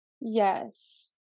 yes